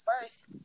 First